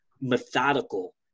methodical